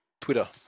Twitter